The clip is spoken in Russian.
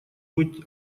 быть